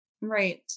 Right